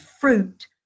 fruit